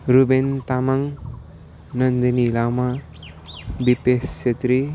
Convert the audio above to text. Reuben Tamang Nandini Lama Bipesh Chhetri